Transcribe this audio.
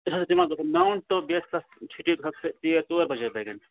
تَتہِ حظ دِوان لگ بگ نَو ٹُو چھُٹی ترٛیٚیہِ یا ژور بجے بٲگٮ۪ن